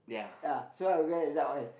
ya so I will get the dark oil